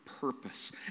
purpose